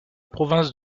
province